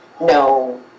no